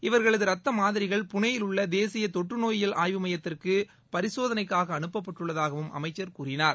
இவர்களது ரத்த மாதிரிகள் புனே யில் உள்ள தேசிய தொற்று நோயியல் ஆய்வு மையத்திற்கு பரிசோதனைக்காக அனுப்பப்பட்டுள்ளதாகவும் அமைச்சர் கூறினார்